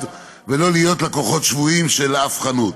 ולא להיות לקוחות שבויים של שום חנות.